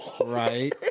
Right